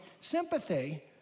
sympathy